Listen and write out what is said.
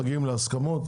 מגיעים להסכמות